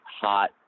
hot